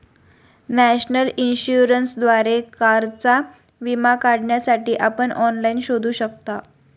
national इन्शुरन्सद्वारे कारचा विमा काढण्यासाठी आपण ऑनलाइन शोधू शकता